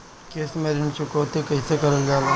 किश्त में ऋण चुकौती कईसे करल जाला?